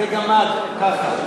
זה גמד, ככה.